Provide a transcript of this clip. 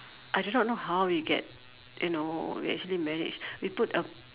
I do not know how we get you know we actually managed we put a